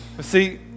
See